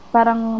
Parang